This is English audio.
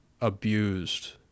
abused